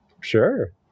Sure